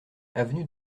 avenue